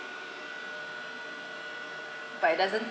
but it doesn't